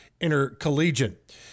Intercollegiate